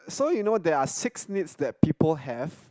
so you know there are six needs that people have